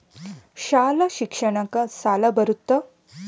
ಶಾಲಾ ಶಿಕ್ಷಣಕ್ಕ ಸಾಲ ಬರುತ್ತಾ?